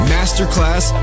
Masterclass